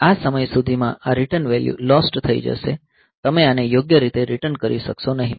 આ સમય સુધીમાં આ રીટર્ન વેલ્યૂ લોસ્ટ થઈ જશે તમે આને યોગ્ય રીતે રીટર્ન કરી શકશો નહીં